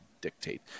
dictate